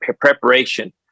preparation